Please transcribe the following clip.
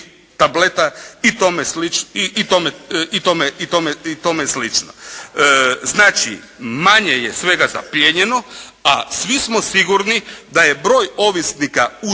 tableta i tome slično. Znači, manje je svega zaplijenjeno, a svi smo sigurni da je broj ovisnika u